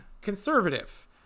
conservative